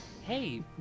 Hey